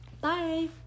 Bye